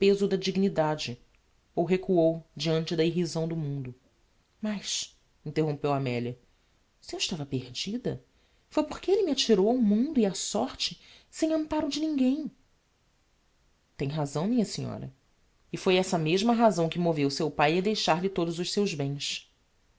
da dignidade ou recuou diante da irrisão do mundo mas interrompeu amelia se eu estava perdida foi porque elle me atirou ao mundo e á sorte sem amparo de ninguem tem razão minha senhora e foi essa mesma a razão que moveu seu pai a deixar-lhe todos os seus bens